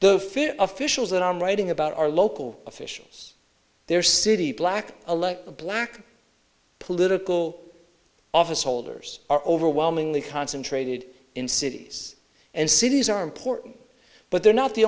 fear officials that i'm writing about our local officials their city black elect a black political office holders are overwhelmingly concentrated in cities and cities are important but they're not the